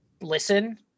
listen